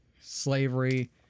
slavery